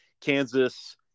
Kansas